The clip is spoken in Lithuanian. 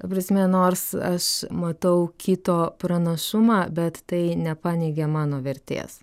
ta prasme nors aš matau kito pranašumą bet tai nepaneigė mano vertės